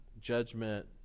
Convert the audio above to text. judgment